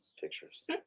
pictures